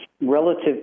relative